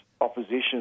opposition